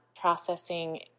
processing